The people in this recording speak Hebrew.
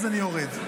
אני יורד.